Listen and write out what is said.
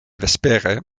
vespere